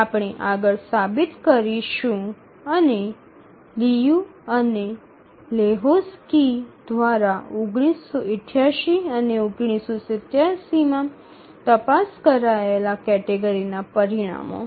આપણે આગળ સાબિત કરીશું અને લિયુ અને લેહોક્ઝકી દ્વારા ૧૯૮૮ અને ૧૯૮૭ માં તપાસ કરાયેલ આ કેટેગરીના પરિણામો